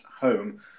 home